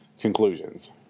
conclusions